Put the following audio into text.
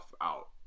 out